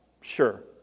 Sure